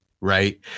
Right